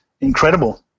incredible